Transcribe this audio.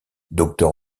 docteur